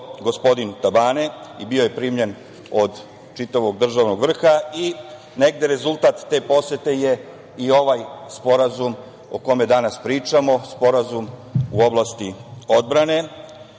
gospodin Tabane i bio je primljen od čitavog državnog vrha i negde rezultat te posete je i ovaj sporazum o kome danas pričamo, sporazum u oblasti odbrane.